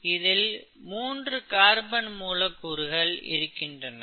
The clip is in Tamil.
இதில் மூன்று கார்பன் மூலக்கூறுகள் இருக்கின்றன